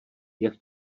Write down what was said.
jak